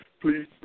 Please